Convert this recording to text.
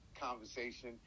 conversation